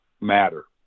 matter